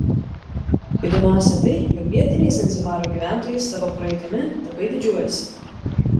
įdomiausia tai jog vietiniai zanzibaro gyventojai savo praeitimi labai didžiuojasi